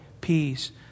peace